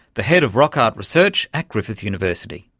the head of rock art research at griffith university.